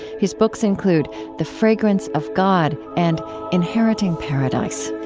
his books include the fragrance of god and inheriting paradise.